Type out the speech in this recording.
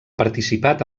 participat